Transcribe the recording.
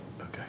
Okay